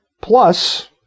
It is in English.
plus